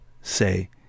say